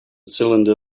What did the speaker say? cylinder